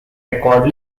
record